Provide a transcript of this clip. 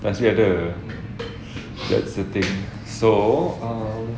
tan sri ada but still think so um